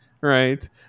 Right